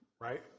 right